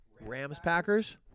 Rams-Packers